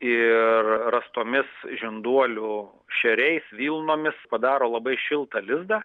ir rastomis žinduolių šeriais vilnomis padaro labai šiltą lizdą